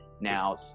now